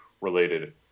related